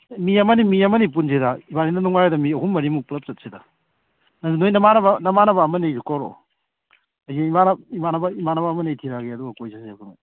ꯃꯤ ꯑꯃ ꯑꯅꯤ ꯃꯤ ꯑꯃꯅꯤ ꯄꯨꯟꯁꯤꯗ ꯏꯕꯥꯟꯅꯤꯗꯪ ꯅꯨꯡꯉꯥꯏꯔꯣꯏꯗ ꯃꯤ ꯑꯍꯨꯝ ꯃꯔꯤꯃꯨꯛ ꯄꯨꯂꯞ ꯆꯠꯁꯤꯗ ꯅꯪꯁꯨ ꯅꯣꯏ ꯅꯃꯥꯟꯅꯕ ꯅꯃꯥꯟꯅꯕ ꯑꯃ ꯑꯅꯤꯁꯨ ꯀꯧꯔꯛꯑꯣ ꯑꯩꯁꯨ ꯏꯃꯥꯟꯅꯕ ꯏꯃꯥꯟꯅꯕ ꯑꯃ ꯑꯅꯤ ꯊꯤꯔꯛꯑꯥꯒꯦ ꯑꯗꯨꯒ ꯀꯣꯏ ꯆꯠꯁꯦ ꯑꯩꯈꯣꯏ